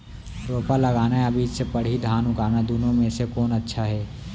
रोपा लगाना या बीज से पड़ही धान उगाना दुनो म से कोन अच्छा हे?